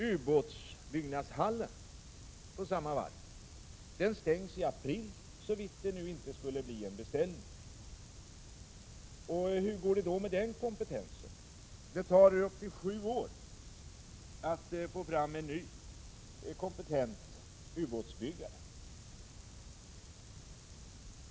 Ubåtsbyggnadshallen på samma varv kommer att stängas i april, såvida det nu inte skulle komma in en beställning. Hur går det då med kompetensen? Det tar upp till sju år att få fram en ny kompetent ubåtsbyggare.